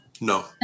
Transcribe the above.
No